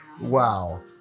Wow